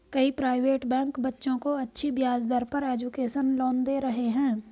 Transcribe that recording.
कई private bank बच्चों को अच्छी ब्याज दर पर एजुकेशन लोन दे रहे है